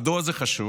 מדוע זה חשוב?